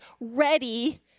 ready